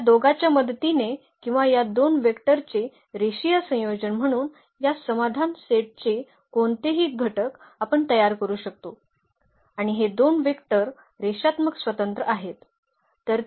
या दोघाच्या मदतीने किंवा या दोन वेक्टरचे रेषीय संयोजन म्हणून या समाधान सेट चे कोणतेही घटक आपण तयार करू शकतो आणि हे दोन वेक्टर रेषात्मक स्वतंत्र आहेत